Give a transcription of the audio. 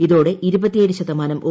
ഇതോടെ ശതമാനം ഒ